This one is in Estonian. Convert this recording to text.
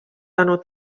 tänu